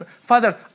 Father